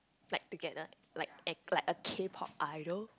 like together like a like a K-pop idol